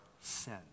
sin